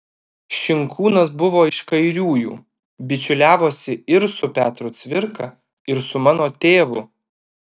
šinkūnas buvo iš kairiųjų bičiuliavosi ir su petru cvirka ir su mano tėvu